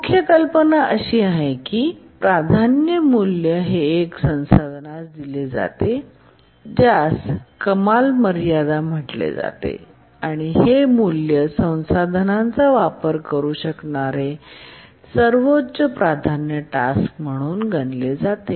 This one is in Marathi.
मुख्य कल्पना अशी आहे की प्राधान्य मूल्य हे एखाद्या संसाधनास दिले जाते ज्यास कमाल मर्यादा म्हटले जाते आणि हे मूल्य त्या संसाधनाचा वापर करू शकणारे सर्वोच्च प्राधान्य टास्क म्हणून गणले जाते